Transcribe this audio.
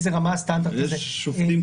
יש שופטים,